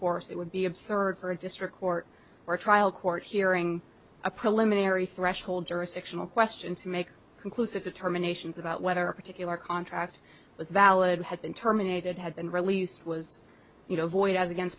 horse it would be absurd for a district court or trial court hearing a preliminary threshold jurisdictional question to make conclusive determinations about whether a particular contract was valid had been terminated had been released was you know void as against